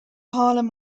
harlem